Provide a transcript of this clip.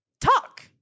talk